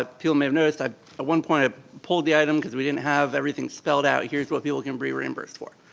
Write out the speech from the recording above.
ah people may have noticed at one point i pulled the item, cause we didn't have everything spelled out, here's what people can be reimbursed for.